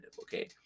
okay